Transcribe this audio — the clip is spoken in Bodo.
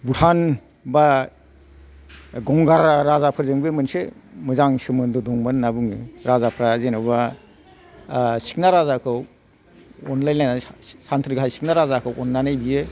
भुतान बा गंगार राजाफोरजोंबो मोनसे मोजां सोमोन्दो दंमोन होनना बुङो राजाफ्रा जेन'बा सिखोना राजाखौ अनलायलायनानै सान्थ्रि गाहाय सिखोना राजाखौ अननानै बियो